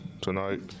tonight